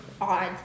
odd